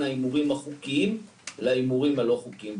ההימורים החוקיים להימורים הלא חוקיים.